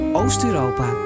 Oost-Europa